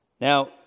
Now